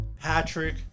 Patrick